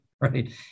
right